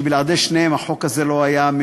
שבלעדי שניהם החוק הזה לא היה,